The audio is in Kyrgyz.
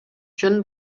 үчүн